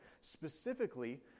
specifically